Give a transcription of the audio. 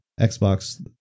Xbox